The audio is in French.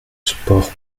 sport